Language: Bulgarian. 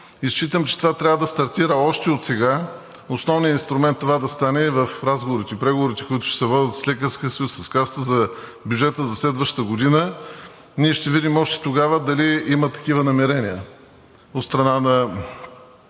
считам, че това трябва да стартира още отсега. Основният инструмент това да стане е в разговорите, преговорите, които ще се водят с Лекарския съюз, с Касата за бюджета за следващата година. Ние ще видим още тогава дали има такива намерения